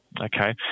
okay